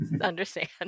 understand